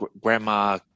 grandma